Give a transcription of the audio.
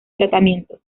tratamientos